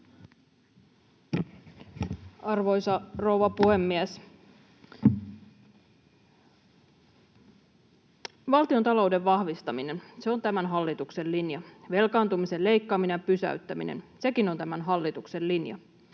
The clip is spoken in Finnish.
Arvoisa rouva puhemies! Valtiontalouden vahvistaminen, se on tämän hallituksen linja. Velkaantumisen leikkaaminen ja pysäyttäminen, sekin on tämän hallituksen linja.